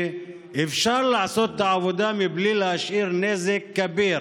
אפשר לעשות את העבודה בלי להשאיר נזק כביר